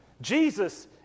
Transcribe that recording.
Jesus